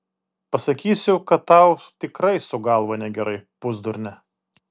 pasakysiu kad tau tikrai su galva negerai pusdurne